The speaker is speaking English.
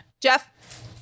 Jeff